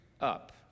up